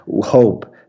hope